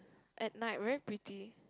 at night very pretty